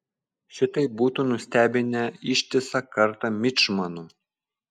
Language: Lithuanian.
šitai būtų nustebinę ištisą kartą mičmanų